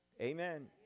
Amen